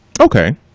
Okay